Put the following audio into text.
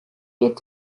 wird